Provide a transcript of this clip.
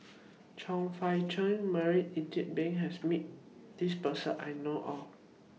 Chong Fah Cheong Marie Ethel Bong has Met This Person I know of